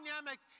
dynamic